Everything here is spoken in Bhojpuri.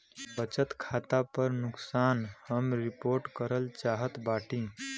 बचत खाता पर नुकसान हम रिपोर्ट करल चाहत बाटी